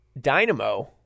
Dynamo